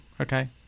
okay